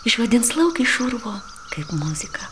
išvadins lauk iš urvo kaip muzika